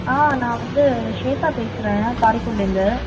ஆ நான் வந்து ஸ்வேதா பேசுகிறேன் காரைக்குடிலேருந்து